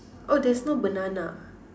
oh there's no banana